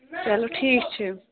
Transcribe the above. چلو ٹھیٖک چھُ